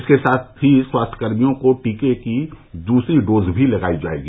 इसके साथ ही स्वास्थ्यकर्मियों को टीके की दूसरी डोज भी लगायी जाएगी